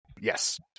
Yes